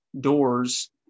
doors